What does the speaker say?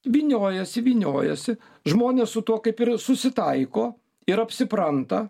vyniojasi vyniojasi žmonės su tuo kaip ir susitaiko ir apsipranta